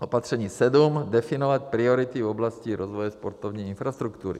Opatření sedm definovat priority v oblasti rozvoje sportovní infrastruktury.